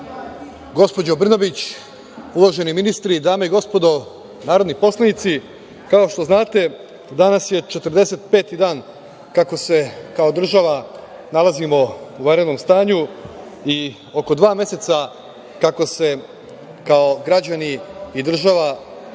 Brnabić, uvaženi ministri, dame i gospodo narodni poslanici, kao što znate danas je 45 dan kako se kao država nalazimo u vanrednom stanju i oko dva meseca kako se kao građani i država borimo